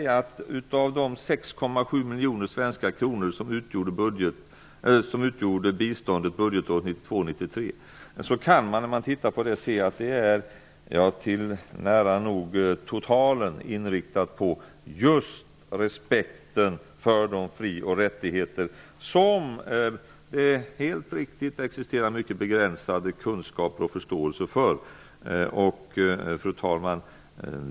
Av de 6,7 miljoner svenska kronor som utgjorde biståndet budgetåret 1992/93 är nära nog hela summan inriktad just på verksamhet för att stödja respekten för fri och rättigheter. Det existerar helt riktigt mycket begränsade kunskaper om dessa, och förståelsen för dem är liten. Fru talman!